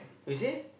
you see